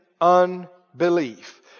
unbelief